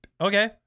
Okay